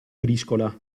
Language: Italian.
briscola